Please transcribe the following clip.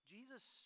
Jesus